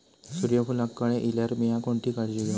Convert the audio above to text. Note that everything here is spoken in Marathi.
सूर्यफूलाक कळे इल्यार मीया कोणती काळजी घेव?